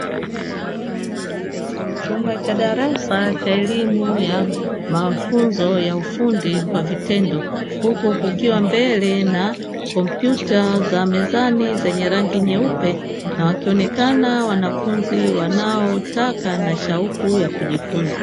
Chumba cha darasa cha elimu ya mafunzo ya ufundi kwa vitendo; huku kukiwa mbele na kompyuta za mezani zenye rangi nyeupe, na wakionekana wanafunzi wanaotaka na shauku ya kujifunza.